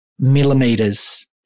millimeters